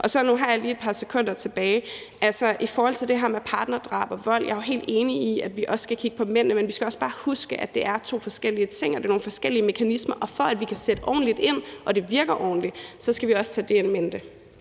ting. Nu har jeg lige et par sekunder tilbage. I forhold til det her med partnerdrab og vold er jeg helt enig i, at vi også skal kigge på mændene, men vi skal også bare huske, at det er to forskellige ting, og det er nogle forskellige mekanismer, og for at vi kan sætte ordentligt ind og det virker ordentligt, skal vi også have det in mente.